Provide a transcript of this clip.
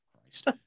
Christ